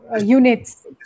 units